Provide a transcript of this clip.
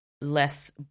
less